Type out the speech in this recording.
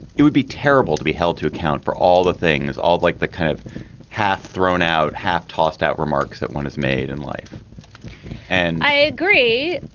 it would be terrible to be held to account for all the things all like the kind of half thrown out half tossed out remarks that one is made in life and i agree.